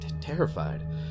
terrified